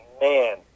man